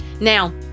Now